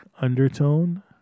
undertone